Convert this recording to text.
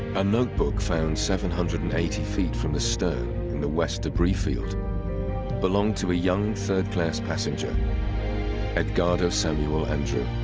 a notebook found seven hundred and eighty feet from the so in and the west debris field belonged to a young third class passenger edgardo samuel andrew